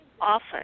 often